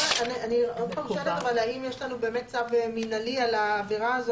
אני עוד פעם שואלת: האם באמת יש לנו צו מנהלי על העבירה הזאת?